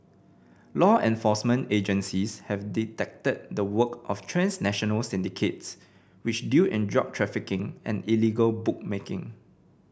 law enforcement agencies have detected the work of transnational syndicates which deal in drug trafficking and illegal bookmaking